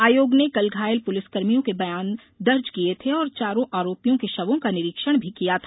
आयोग ने कल घायल पुलिसकर्मियों के बयान दर्ज किए थे और चारों आरोपियों के शवों का निरीक्षण भी किया था